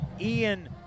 Ian –